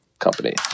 company